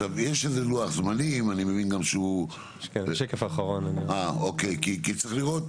לוח זמנים, וצריך לראות